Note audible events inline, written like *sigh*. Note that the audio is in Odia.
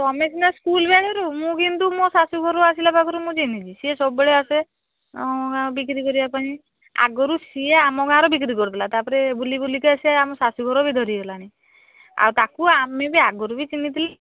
ତମେ ସିନା ସ୍କୁଲ୍ ବେଳରୁ ମୁଁ କିନ୍ତୁ ମୋ ଶାଶୁଘରୁ ଆସିଲା ପାଖରୁ ମୁଁ ଚିହ୍ନିଛି ସିଏ ସବୁବେଳେ ଆସେ ଆଉ *unintelligible* ବିକ୍ରି କରିବାପାଇଁ ଆଗରୁ ସିଏ ଆମ ଗାଁର ବିକ୍ରି କରୁଥିଲା ତାପରେ ବୁଲିବୁଲିକା ସିଏ ଆମ ଶାଶୁଘର ବି ଧରିଗଲାଣି ଆଉ ତାକୁ ଆମେ ବି ଆଗରୁ ବି ଚିହ୍ନିଥିଲ